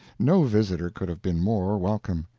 no visitor could have been more welcome.